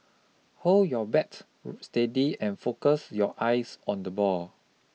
hold your bat steady and focus your eyes on the ball